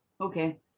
Okay